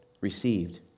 received